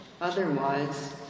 Otherwise